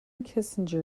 kissinger